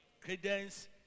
credence